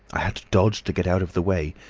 i had to dodge to get out of the way,